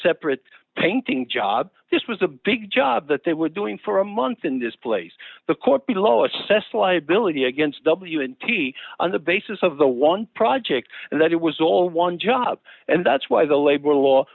separate painting job this was a big job that they were doing for a month in this place the court below assessed liability against w and t on the basis of the one project and that it was all one job and that's why the labor law